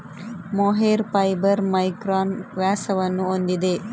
mohair fibre micron ವ್ಯಾಸವನ್ನು ಹೊಂದಿದೆ